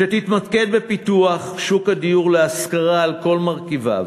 שתתמקד בפיתוח שוק הדיור להשכרה על כל מרכיביו.